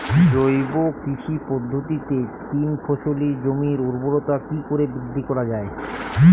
জৈব কৃষি পদ্ধতিতে তিন ফসলী জমির ঊর্বরতা কি করে বৃদ্ধি করা য়ায়?